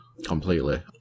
Completely